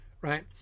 right